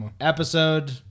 episode